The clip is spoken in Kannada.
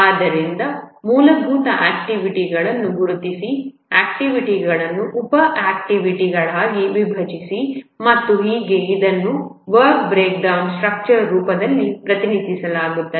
ಆದ್ದರಿಂದ ಮೂಲಭೂತವಾಗಿ ಆಕ್ಟಿವಿಟಿಗಳನ್ನು ಗುರುತಿಸಿ ಆಕ್ಟಿವಿಟಿಗಳನ್ನು ಉಪ ಆಕ್ಟಿವಿಟಿಗಳಾಗಿ ವಿಭಜಿಸಿ ಮತ್ತು ಹೀಗೆ ಇದನ್ನು ವರ್ಕ್ ಬ್ರೇಕ್ಡೌನ್ ಸ್ಟ್ರಕ್ಚರ್ ರೂಪದಲ್ಲಿ ಪ್ರತಿನಿಧಿಸಲಾಗುತ್ತದೆ